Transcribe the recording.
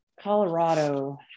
Colorado